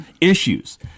issues